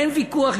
אין ויכוח,